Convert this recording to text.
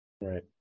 Right